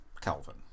Kelvin